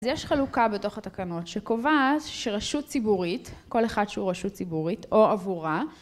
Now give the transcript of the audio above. אז יש חלוקה בתוך התקנות שקובעה שרשות ציבורית, כל אחת שהיא רשות ציבורית או עבורה